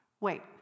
Wait